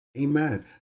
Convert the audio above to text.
Amen